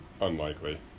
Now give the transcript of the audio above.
unlikely